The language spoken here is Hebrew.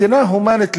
מדינה הומנית למופת,